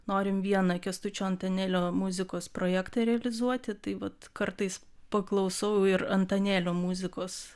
norim vieną kęstučio antanėlio muzikos projektą realizuoti tai vat kartais paklausau ir antanėlio muzikos